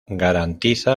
garantiza